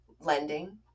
lending